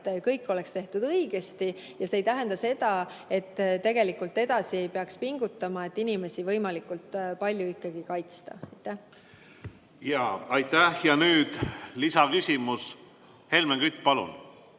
et kõik oleks tehtud õigesti, ja see ei tähenda seda, et tegelikult ei peaks edasi pingutama, et inimesi võimalikult palju kaitsta. Ja nüüd lisaküsimus. Helmen Kütt, palun!